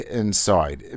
inside